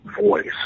voice